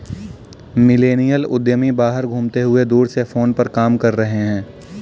millennial उद्यमी बाहर घूमते हुए दूर से फोन पर काम कर रहे हैं